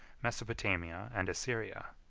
mesopotamia, and assyria.